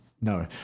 no